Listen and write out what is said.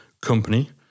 company